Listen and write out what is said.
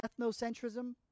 ethnocentrism